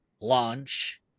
launch